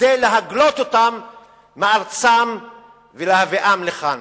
כדי להגלות אותם מארצם ולהביאם לכאן.